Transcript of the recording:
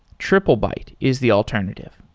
triplebyte is the alternative.